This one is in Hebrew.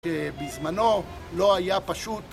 בזמנו לא היה פשוט